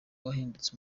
wahindutse